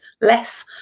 less